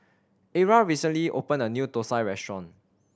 Era recently opened a new thosai restaurant